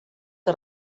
que